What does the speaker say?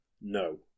No